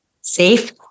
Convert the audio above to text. safe